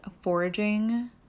foraging